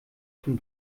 schon